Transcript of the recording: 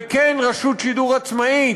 וכן רשות שידור עצמאית,